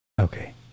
Okay